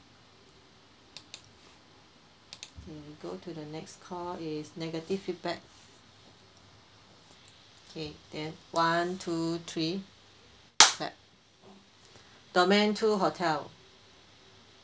K go to the next call is negative feedback K then one two three clap domain two hotel